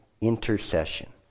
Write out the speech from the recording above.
intercession